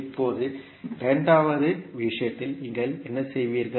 இப்போது இரண்டாவது விஷயத்தில் நீங்கள் என்ன செய்வீர்கள்